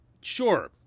Sure